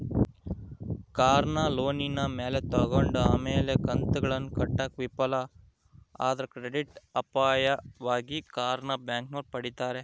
ಕಾರ್ನ ಲೋನಿನ ಮ್ಯಾಲೆ ತಗಂಡು ಆಮೇಲೆ ಕಂತುಗುಳ್ನ ಕಟ್ಟಾಕ ವಿಫಲ ಆದ್ರ ಕ್ರೆಡಿಟ್ ಅಪಾಯವಾಗಿ ಕಾರ್ನ ಬ್ಯಾಂಕಿನೋರು ಪಡೀತಾರ